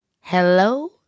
Hello